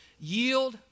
yield